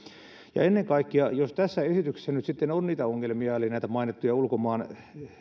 ja ennen kaikkea jos tässä esityksessä nyt sitten on niitä ongelmia eli näitä mainittuja ulkomaan